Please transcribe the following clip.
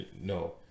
no